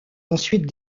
ensuite